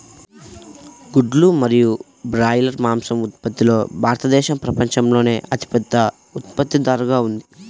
గుడ్లు మరియు బ్రాయిలర్ మాంసం ఉత్పత్తిలో భారతదేశం ప్రపంచంలోనే అతిపెద్ద ఉత్పత్తిదారుగా ఉంది